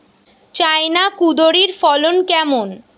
China কুঁদরীর ফলন কেমন?